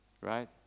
right